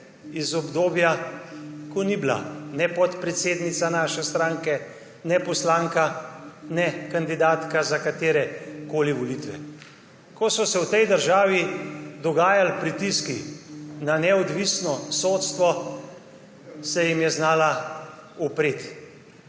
iz obdobja, ko ni bila ne podpredsednica naše stranke, ne poslanka, ne kandidatka za katerekoli volitve. Ko so se v tej državi dogajali pritiski na neodvisno sodstvo, se jim je znala upreti.